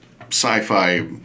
sci-fi